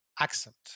accent